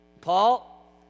Paul